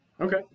okay